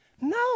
No